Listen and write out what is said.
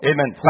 Amen